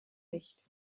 nicht